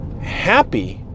happy